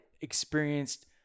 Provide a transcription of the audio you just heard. experienced